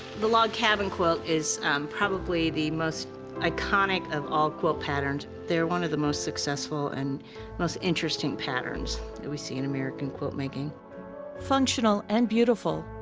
the log cabin quilt is probably the most iconic of all quilt patterns. they're one of the most successful and most interesting patterns that we see in american quilt making. narrator functional and beautiful,